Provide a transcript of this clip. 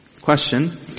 Question